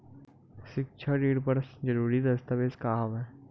सिक्छा ऋण बर जरूरी दस्तावेज का हवय?